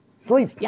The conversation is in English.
sleep